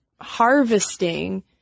harvesting